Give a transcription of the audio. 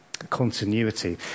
continuity